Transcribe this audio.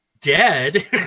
dead